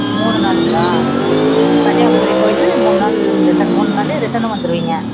மூணு நாளுங்களா கன்னியாகுமரி போயிட்டு மூணு நாள் ரிட்டன் மூணு நாளிலே ரிட்டனும் வந்துடுவீங்க